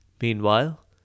Meanwhile